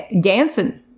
Dancing